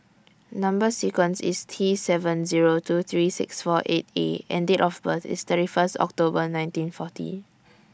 Number sequence IS T seven Zero two three six four eight A and Date of birth IS thirty First October nineteen forty